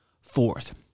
Fourth